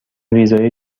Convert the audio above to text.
ویزای